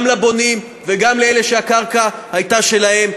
גם לבונים וגם לאלה שהקרקע הייתה שלהם.